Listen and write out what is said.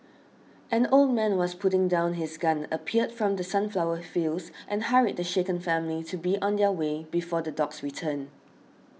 an old man who was putting down his gun appeared from the sunflower fields and hurried the shaken family to be on their way before the dogs return